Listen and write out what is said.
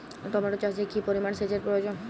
Tomato চাষে কি পরিমান সেচের প্রয়োজন?